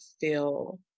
feel